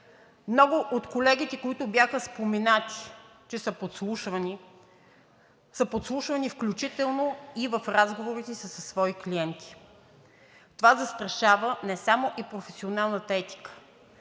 Много от колегите, които бяха споменати, че са подслушвани, включително и в разговорите си със свои клиенти. Това застрашава не само професионалната етика,